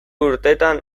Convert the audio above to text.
urtetan